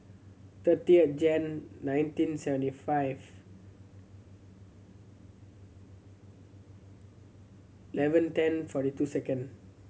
thirty Jan nineteen seventy five eleven ten forty two second